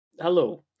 Hello